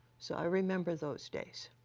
so i remember those days.